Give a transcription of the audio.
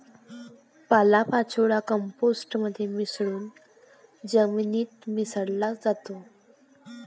पालापाचोळा कंपोस्ट मध्ये मिसळून जमिनीत मिसळला जातो